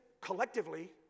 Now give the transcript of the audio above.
collectively